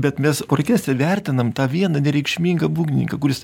bet mes orkestre vertinam tą vieną nereikšmingą būgnininką kuris